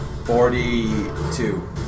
Forty-two